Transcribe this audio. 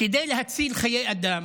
כדי להציל חיי אדם,